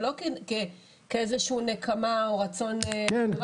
זה לא כאיזה שהיא נקמה או רצון --- כן,